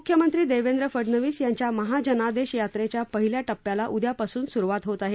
मुख्यमंत्री देवेंद्र फडणवीस यांच्या महाजनादेश यात्रेच्या पहिल्या टप्प्याला उद्यापासून सुरुवात होत आहे